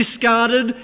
discarded